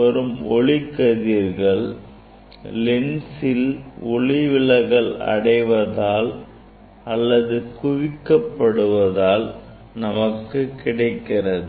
வரும் ஒளிக்கதிர்கள் லென்ஸில் ஒளிவிலகல் அடைவதால் அல்லது குவிக்கப்படுவதால் நமக்கு கிடைக்கிறது